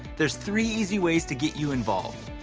there's three easy ways to get you involved.